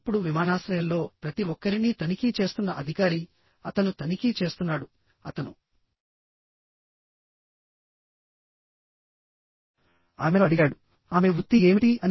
ఇప్పుడు విమానాశ్రయంలో ప్రతి ఒక్కరినీ తనిఖీ చేస్తున్న అధికారి అతను తనిఖీ చేస్తున్నాడుఅతను ఆమెను అడిగాడు ఆమె వృత్తి ఏమిటి అని